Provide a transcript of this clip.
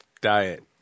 diet